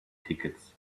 tickets